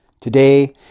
Today